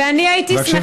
ואני הייתי שמחה,